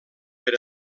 per